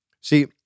See